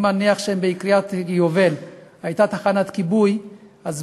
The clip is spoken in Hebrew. אני מניח שאם הייתה תחנת כיבוי בקריית-היובל,